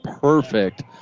perfect